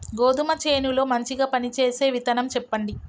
గోధుమ చేను లో మంచిగా పనిచేసే విత్తనం చెప్పండి?